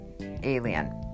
Alien